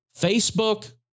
Facebook